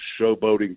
showboating